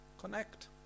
Connect